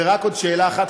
ורק עוד שאלה אחת,